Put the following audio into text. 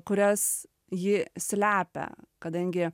kurias ji slepia kadangi